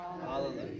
Hallelujah